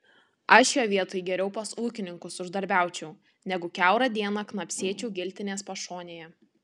aš jo vietoj geriau pas ūkininkus uždarbiaučiau negu kiaurą dieną knapsėčiau giltinės pašonėje